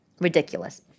Ridiculous